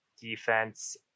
defense